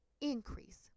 increase